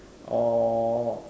or